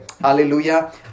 hallelujah